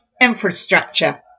infrastructure